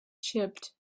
chipped